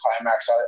Climax